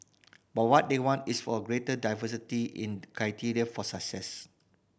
but what they want is for a greater diversity in criteria for success